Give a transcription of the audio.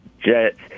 Jets